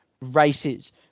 races